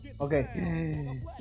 Okay